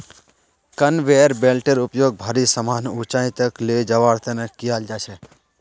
conveyor बेल्टेर उपयोग भारी समान ऊंचाई तक ले जवार तने कियाल जा छे